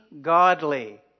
godly